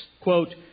quote